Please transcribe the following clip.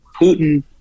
Putin